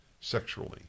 sexually